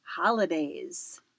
holidays